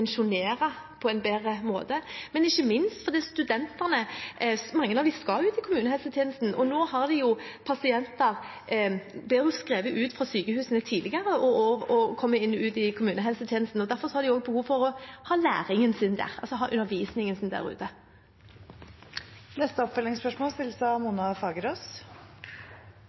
på en bedre måte, og ikke minst er det viktig fordi mange av studentene skal ut i kommunehelsetjenesten. Nå blir pasienter skrevet ut av sykehuset tidligere, og man kommer ut i kommunehelsetjenesten, og derfor er det behov for å ha undervisningen der ute. Mona Fagerås – til oppfølgingsspørsmål. Utdanning der